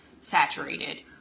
saturated